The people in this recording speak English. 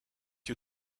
you